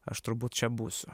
aš turbūt čia būsiu